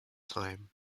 time